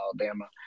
Alabama